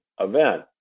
event